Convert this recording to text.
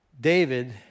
David